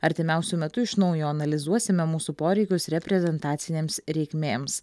artimiausiu metu iš naujo analizuosime mūsų poreikius reprezentacinėms reikmėms